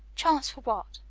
chance for what?